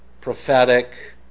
prophetic